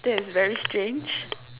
that is very strange